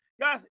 guys